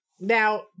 Now